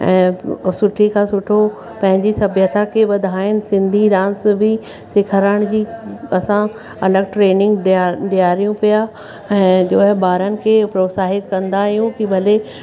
ऐं सुठी खां सुठो पंहिंजी सभ्यता खे वधाईनि सिंधी डांस बि सेखारण जी असां अलॻि ट्रेनिंग ॾेया ॾियारियूं पिया ऐं जो है ॿारनि खे प्रोत्साहित कंदा आहियूं कि भले